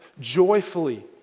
joyfully